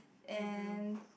and